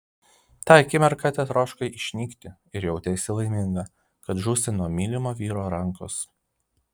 tą akimirką tetroškai išnykti ir jauteisi laiminga kad žūsi nuo mylimo vyro rankos